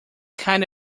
kind